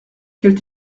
quel